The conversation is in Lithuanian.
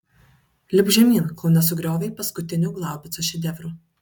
lipk žemyn kol nesugriovei paskutinių glaubico šedevrų